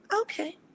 Okay